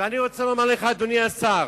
ואני רוצה לומר לך, אדוני השר,